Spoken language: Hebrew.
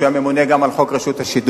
שהיה ממונה גם על חוק רשות השידור,